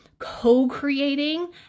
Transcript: co-creating